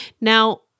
Now